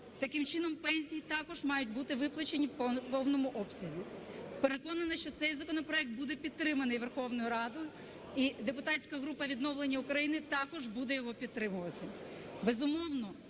Таким чином пенсії також мають бути виплачені в повному обсязі. Переконана, що цей законопроект буде підтриманий Верховною Радою, і депутатська група "Відновлення України" також буде його підтримувати.